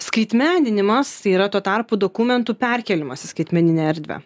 skaitmeninimas tai yra tuo tarpu dokumentų perkėlimas į skaitmeninę erdvę